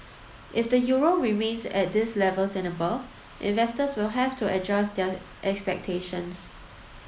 if the euro remains at these levels and above investors will have to adjust their expectations